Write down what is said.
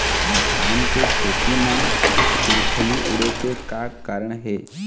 धान के खेती म फिलफिली उड़े के का कारण हे?